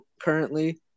currently